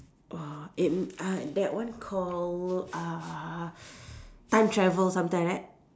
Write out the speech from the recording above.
!whoa! it uh that one called uh time travel something like that